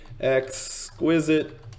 exquisite